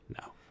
No